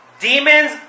Demons